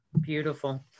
Beautiful